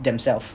themself